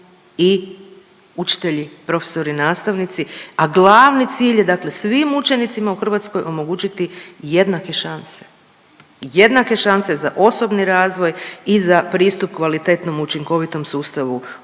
i učitelji, profesori i nastavnici, a glavni cilj je dakle svim učenicima u Hrvatskoj omogućiti jednake šanse, jednake šanse za osobni razvoj i za pristup kvalitetnom učinkovitom sustavu odgoja